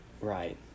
Right